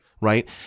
Right